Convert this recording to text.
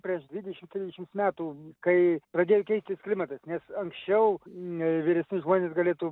prieš dvidešim trisdešims metų kai pradėjo keistis klimatas nes anksčiau n vyresni žmonės galėtų